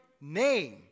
name